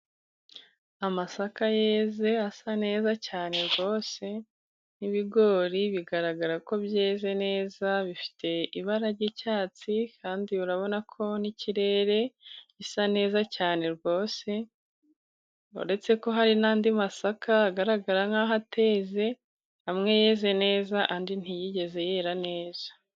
Amasaka yeze asa neza cyane rwose, n'ibigori bigaragara ko byeze neza, bifite ibara ry'icyatsi. Kandi urabona ko n'ikirere gisa neza cyane rwose, uretse ko hari n'andi masaka agaragara nkaho ateze. Amwe yeze neza andi ntiyigeze yera neza.